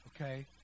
Okay